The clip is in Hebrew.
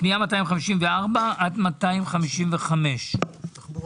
פנייה 254 עד 255 תחבורה.